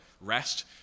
rest